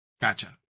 Gotcha